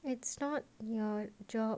it's not your job